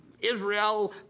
Israel